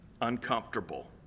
uncomfortable